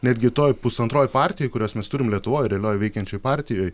netgi toj pusantroj partijoj kurias mes turim lietuvoj realioj veikiančioj partijoj